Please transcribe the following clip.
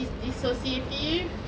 is dissociative